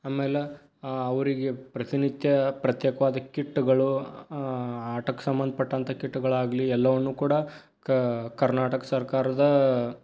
ಆಮೇಲ ಅವರಿಗೆ ಪ್ರತಿನಿತ್ಯ ಪ್ರತ್ಯೇಕವಾದ ಕಿಟ್ಗಳು ಆಟಕ್ಕೆ ಸಂಬಂಧಪಟ್ಟಂಥ ಕಿಟ್ಗಳಾಗಲಿ ಎಲ್ಲವನ್ನೂ ಕೂಡ ಕ ಕರ್ನಾಟಕ ಸರ್ಕಾರದ